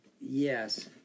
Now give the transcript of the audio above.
Yes